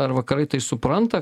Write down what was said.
ar vakarai tai supranta